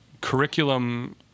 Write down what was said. Curriculum